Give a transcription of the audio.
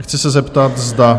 Chci se zeptat, zda...